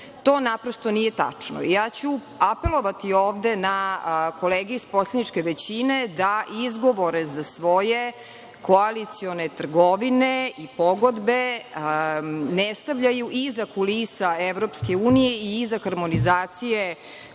To naprosto nije tačno. Apelovaću ovde na kolege iz poslaničke većine da izgovore za svoje koalicione trgovine i pogodbe ne stavljaju iza kulisa EU i iza harmonizacije